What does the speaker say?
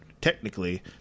technically